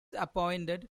appointed